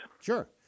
Sure